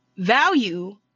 value